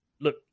look